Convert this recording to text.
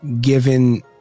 given